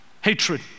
hatred